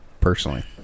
personally